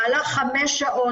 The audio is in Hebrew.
בעלה חמש שעות,